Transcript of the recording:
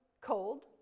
Cold